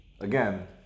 again